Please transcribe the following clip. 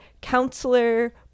counselor